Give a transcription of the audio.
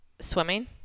swimming